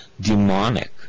demonic